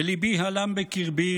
וליבי הלם בקרבי